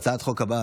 התשפ"ג 2023,